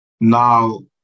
Now